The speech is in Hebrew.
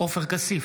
עופר כסיף,